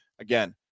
Again